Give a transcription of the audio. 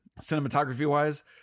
Cinematography-wise